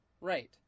Right